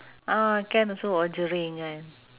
ah can also